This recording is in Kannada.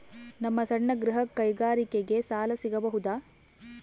ನಮ್ಮ ಸಣ್ಣ ಗೃಹ ಕೈಗಾರಿಕೆಗೆ ಸಾಲ ಸಿಗಬಹುದಾ?